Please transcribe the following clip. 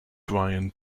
brian